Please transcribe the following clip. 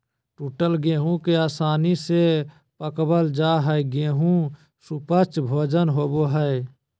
टूटल गेहूं के आसानी से पकवल जा हई गेहू सुपाच्य भोजन होवई हई